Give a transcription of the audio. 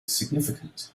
significant